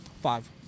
Five